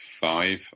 five